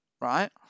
right